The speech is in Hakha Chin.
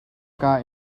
kaa